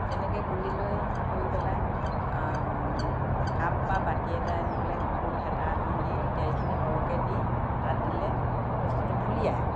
তেনেকে গুলি লৈ থৈ পেলাই কাপ বা বাতি এটাই নহলে গোল হেতা এখন দি তেলখিনি সৰহকে দি তাত দিলে বস্তুটো ফুলি আহে